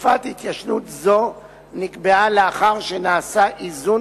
תקופת התיישנות זו נקבעה לאחר שנעשה איזון